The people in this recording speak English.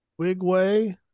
wigway